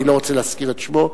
אני לא רוצה להזכיר את שמו,